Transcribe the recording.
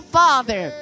father